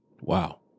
Wow